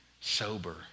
sober